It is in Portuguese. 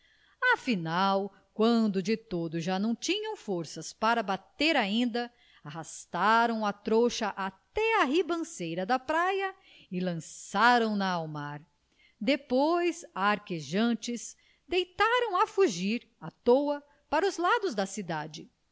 afinal quando de todo já não tinham forças para bater ainda arrastaram a trouxa até a ribanceira da praia e lançaram na ao mar depois arquejantes deitaram a fugir à toa para os lados da cidade